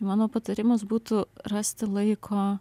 mano patarimas būtų rasti laiko